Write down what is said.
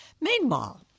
Meanwhile